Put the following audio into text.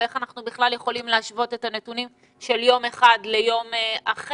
ואיך אנחנו בכלל יכולים להשוות את הנתונים של יום אחד ליום אחר.